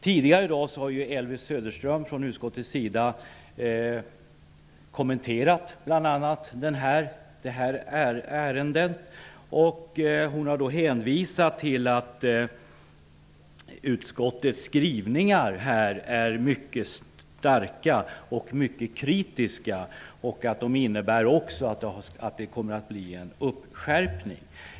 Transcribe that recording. Tidigare i dag har Elvy Söderström från utskottets sida kommenterat bl.a. det här ärendet. Hon har då hänvisat till att utskottets skrivningar är mycket starka och mycket kritiska samt att de också innebär att det kommer att bli en skärpning.